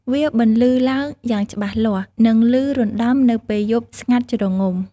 វាបន្លឺឡើងយ៉ាងច្បាស់លាស់ និងលឺរណ្ដំនៅពេលយប់ស្ងាត់ជ្រងំ។